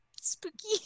spooky